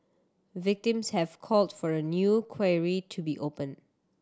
victims have called for a new to be opened